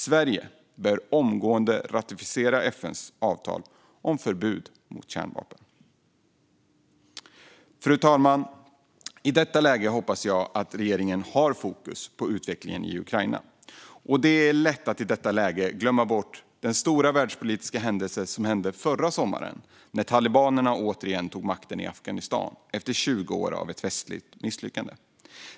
Sverige bör omgående ratificera FN:s avtal om förbud mot kärnvapen. Fru talman! I detta läge hoppas jag att regeringen har fokus på utvecklingen i Ukraina. Och det är lätt att i detta läge glömma bort den stora världspolitiska händelse som inträffade förra sommaren när talibanerna återigen tog makten i Afghanistan efter 20 år av västligt misslyckande.